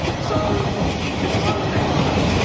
so it's titled anxiety